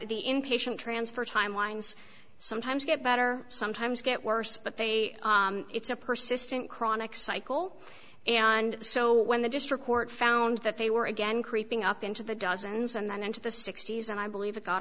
the inpatient transfer timelines sometimes get better sometimes get worse but they it's a persistent chronic cycle and so when the district court found that they were again creeping up into the dozens and then into the sixty's and i believe it go